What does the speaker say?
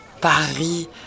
Paris